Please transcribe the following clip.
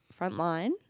frontline